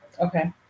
Okay